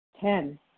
Ten